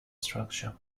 structure